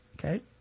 Okay